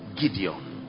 Gideon